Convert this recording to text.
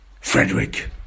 Frederick